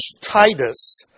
Titus